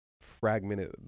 fragmented